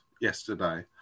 yesterday